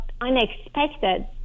unexpected